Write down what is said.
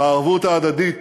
בערבות ההדדית